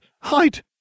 Hide